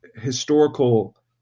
historical